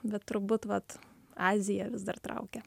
bet turbūt vat azija vis dar traukia